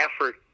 effort